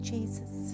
Jesus